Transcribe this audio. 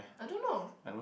I don't know